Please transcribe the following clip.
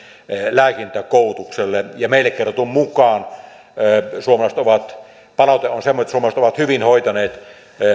lääkintäkoulutukselle meille kerrotun mukaan palaute on semmoista että suomalaiset ovat hyvin hoitaneet